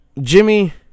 Jimmy